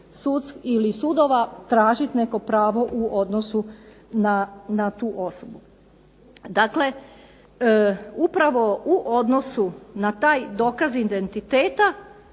ili sudova tražiti neko pravo u odnosu na tu osobu. Dakle, upravo u odnosu na taj dokaz identiteta